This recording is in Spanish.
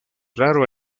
raro